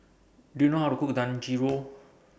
Do YOU know How to Cook Dangojiru